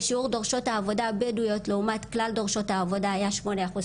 ושיעור דורשות העבודה הבדואיות לעומת כלל דורשות העבודה היה שמונה אחוז.